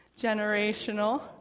generational